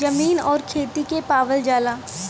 जमीन आउर खेती के पावल जाला